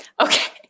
Okay